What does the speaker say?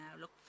look